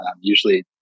usually